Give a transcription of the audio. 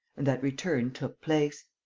and that return took place.